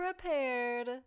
prepared